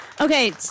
Okay